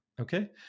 okay